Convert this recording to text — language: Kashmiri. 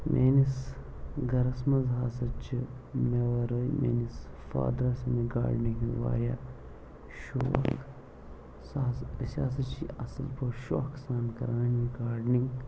میٲنِس گَھرَس منٛز ہَسا چھِ مےٚ وَرٲے میٲنِس فادرَس گارڈنِنٛگ ہُنٛد واریاہ شوق سُہ ہَسا أسۍ ہَسا چھِ یہِ اصٕل پٲٹھۍ شوقہٕ سان کَران یہِ گارڈنِنٛگ